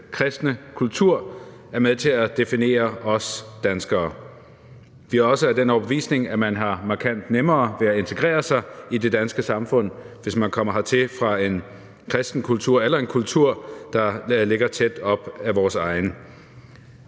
kristne kultur er med til at definere os danskere. Vi er også af den overbevisning, at man har markant nemmere ved at integrere sig i det danske samfund, hvis man kommer hertil fra en kristen kultur eller en kultur, der ligger tæt op ad vores egen.